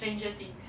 stranger things